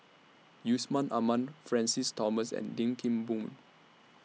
Yusman Aman Francis Thomas and Lim Kim Boon